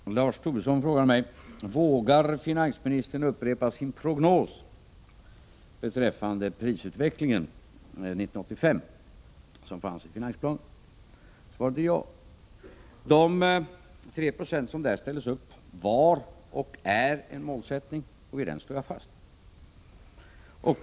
Fru talman! Lars Tobisson frågade mig: Vågar finansministern upprepa sin prognos beträffande prisutvecklingen 1985 som fanns i finansplanen? Svaret är ja. De 3 96 som där ställdes upp var och är en målsättning, och vid den står jag fast.